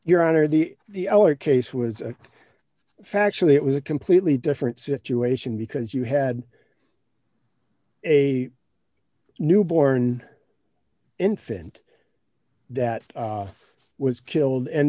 your honor the the our case was factually it was a completely different situation because you had a newborn infant that was killed and